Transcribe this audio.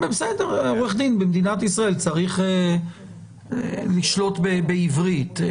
עורך דין במדינת ישראל צריך לשלוט בעברית.